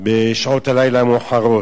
בשעות הלילה המאוחרות,